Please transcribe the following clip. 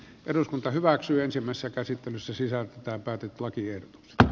eduskunta hyväksyy ensimmäisessä käsittelyssä sisältää päätet lakiehdotuksesta